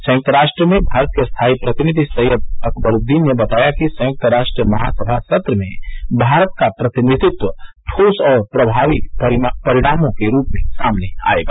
संयुक्त राष्ट्र में भारत के स्थाई प्रतिनिधि सैय्यद अकबरूदीन ने बताया कि संयुक्त राष्ट्र महासभा सत्र में भारत का प्रतिनिधित्व ठोस और प्रभावी परिणामों के रूप में सामने आएगा